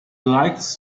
likes